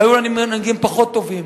היו לנו מנהיגים פחות טובים,